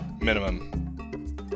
minimum